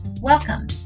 Welcome